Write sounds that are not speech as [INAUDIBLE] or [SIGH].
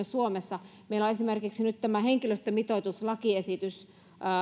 [UNINTELLIGIBLE] suomessa meillä on esimerkiksi nyt tämä henkilöstömitoituslakiesitys